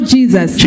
Jesus